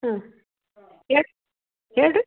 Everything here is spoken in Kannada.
ಹಾಂ ಹೇಳಿ ಹೇಳಿರಿ